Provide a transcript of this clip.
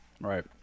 right